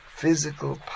Physical